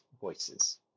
voices